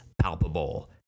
palpable